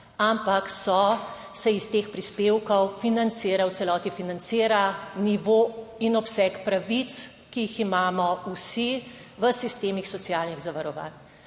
ampak so se iz teh prispevkov financira, v celoti financira nivo in obseg pravic, ki jih imamo vsi v sistemih socialnih zavarovanj,